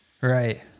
Right